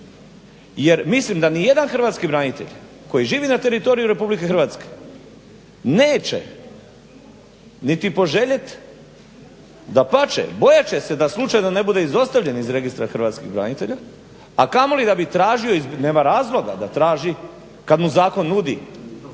Jer mislim da ni jedan hrvatski branitelj koji živi na teritoriju RH neće niti poželjet, dapače bojat će se da slučajno ne bude izostavljen iz registra hrvatskih branitelja, a kamoli da bi tražio. Nema razloga da traži kad mu zakon nudi,